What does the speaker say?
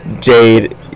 jade